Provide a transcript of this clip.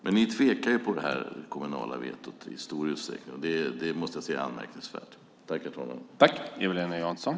Men ni tvekar ju i stor utsträckning om det kommunala vetot, och jag måste säga att det är anmärkningsvärt.